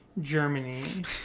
Germany